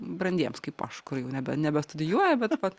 brandiems kaip aš kur jau nebe nebestudijuoja bet vat